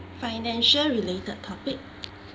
financial related topic